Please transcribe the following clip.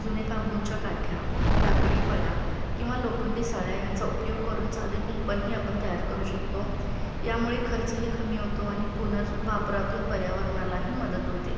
जुने बांबूंच्या काठ्या लाकडी फळ्या किंवा लोखंडी सळ्या यांचा उपयोग करून साधे कुंपणही आपण तयार करू शकतो यामुळे खर्चही कमी होतो आणि पुनर्वापरातून पर्यावरणालाही मदत होते